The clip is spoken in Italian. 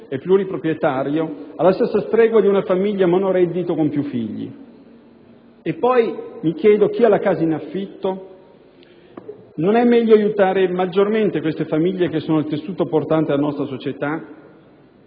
e pluripropretario, alla stessa stregua di una famiglia monoreddito con più figli. E chi ha la casa in affitto? Non è meglio aiutare maggiormente queste famiglie che sono il tessuto portante dalla nostra società?